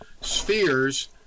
spheres